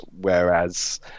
whereas